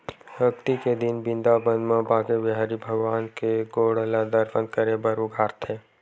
अक्ती के दिन बिंदाबन म बाके बिहारी भगवान के गोड़ ल दरसन करे बर उघारथे